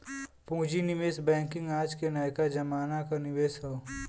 पूँजी निवेश बैंकिंग आज के नयका जमाना क निवेश हौ